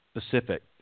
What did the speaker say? specific